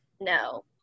No